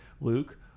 Luke